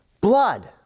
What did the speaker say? blood